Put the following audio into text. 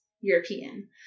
European